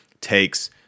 takes